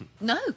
No